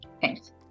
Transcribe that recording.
Thanks